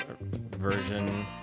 version